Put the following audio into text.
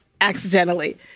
accidentally